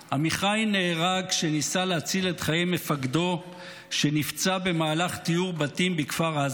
עמיחי נהרג כשניסה להציל את חיי מפקדו שנפצע במהלך טיהור בתים בכפר עזה: